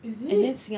is it